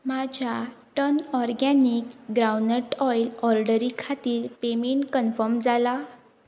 म्हज्या turn organic groundnut oil ऑर्डरी खातीर पेमेंट कन्फर्म जाला